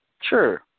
Sure